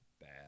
bad